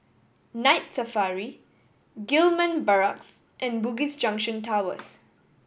Night Safari Gillman Barracks and Bugis Junction Towers